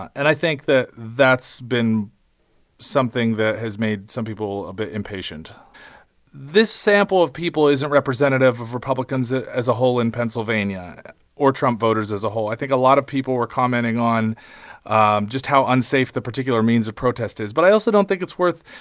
and i think that that's been something that has made some people a bit impatient this sample of people isn't representative of republicans as a whole in pennsylvania or trump voters as a whole. i think a lot of people were commenting on ah just how unsafe the particular means of protest is. but i also don't think it's worth,